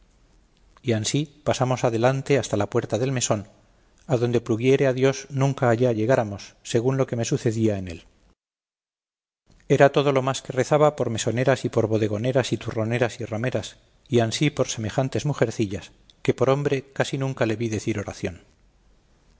y ansí pasamos adelante hasta la puerta del mesón adonde pluguiere a dios nunca allá llegáramos según lo que me sucedía en él era todo lo más que rezaba por mesoneras y por bodegoneras y turroneras y rameras y ansí por semejantes mujercillas que por hombre casi nunca le vi decir oración